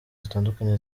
zitandukanye